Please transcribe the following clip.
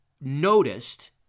noticed